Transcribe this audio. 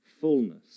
fullness